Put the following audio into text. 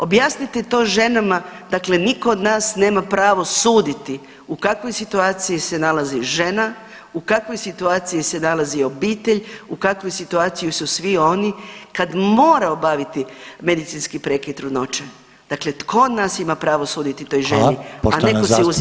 Objasnite to ženama, dakle niko od nas nema pravo suditi u kakvoj situaciji se nalazi žena, u kakvoj situaciji se nalazi obitelj, u kakvoj situaciji su svi oni kad mora obaviti medicinski prekid trudnoće, dakle tko od nas ima pravo suditi toj ženi, a neko si uzima to pravo.